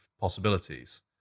possibilities